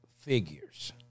figures